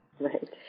Right